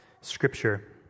Scripture